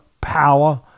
power